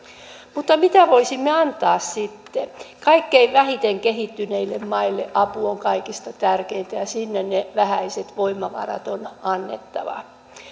mutta mitä voisimme antaa sitten kaikkein vähiten kehittyneille maille apu on kaikista tärkeintä ja sinne ne vähäiset voimavarat on annettava